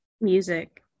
music